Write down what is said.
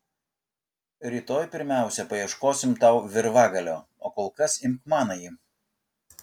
rytoj pirmiausia paieškosime tau virvagalio o kol kas imk manąjį